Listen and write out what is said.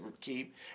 keep